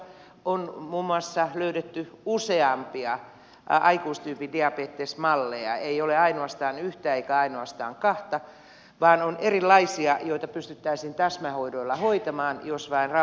on muun muassa löydetty useampia aikuistyypin diabeteksen malleja ei ole ainoastaan yhtä eikä ainoastaan kahta vaan on erilaisia joita pystyttäisiin täsmähoidoilla hoitamaan jos vain rahaa olisi